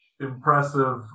impressive